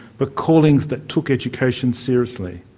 but callings that took education seriously.